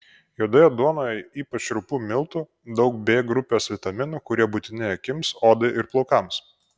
juodoje duonoje ypač rupių miltų daug b grupės vitaminų kurie būtini akims odai ir plaukams